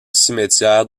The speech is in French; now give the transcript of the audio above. cimetière